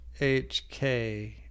hk